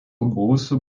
buvusių